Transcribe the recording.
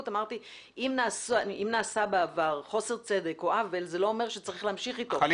ואמרתי שאם נעשה בעבר חוסר צדק או עוול זה לא אומר שצריך להמשיך איתו.